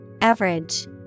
Average